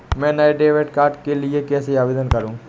मैं नए debit card के लिए कैसे आवेदन करूं?